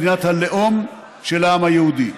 מדינת הלאום של העם היהודי".